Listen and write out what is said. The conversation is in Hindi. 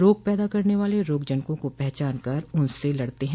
रोग पैदा करने वाले रोग जनकों को पहचानकर उनसे लड़ते हैं